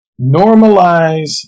Normalize